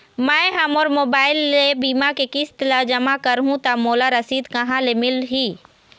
मैं हा मोर मोबाइल ले बीमा के किस्त ला जमा कर हु ता मोला रसीद कहां ले मिल ही?